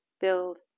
build